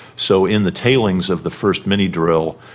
so in the tailings of the first mini-drill,